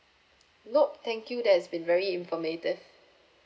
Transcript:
nope thank you that has been very informative